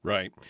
Right